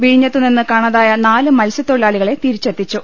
വിഴിഞ്ഞത്തു നിന്ന് കാണാതായ നാല് മത്സ്യത്തൊഴിലാളികളെ തിരിച്ചെത്തിച്ചു